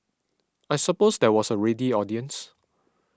I suppose there was a ready audience